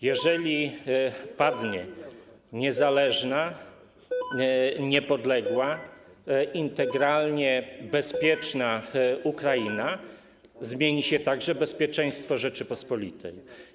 Jeżeli padnie niezależna, niepodległa, integralnie bezpieczna Ukraina, zmieni się także bezpieczeństwo Rzeczypospolitej.